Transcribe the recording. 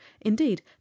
indeed